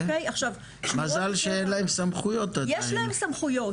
מזל שאין להם סמכויות עדיין.